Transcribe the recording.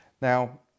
Now